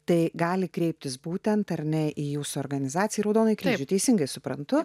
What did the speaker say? tai gali kreiptis būtent ar ne į jūsų organizaciją į raudonąjį kryžių teisingai suprantu